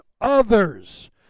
others